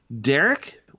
Derek